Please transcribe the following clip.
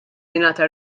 jingħata